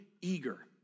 eager